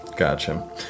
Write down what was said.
Gotcha